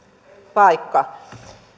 paikka